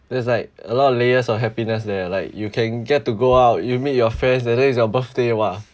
there's like a lot of layers of happiness leh like you can get to go out you meet your friends and then it's your birthday !wah!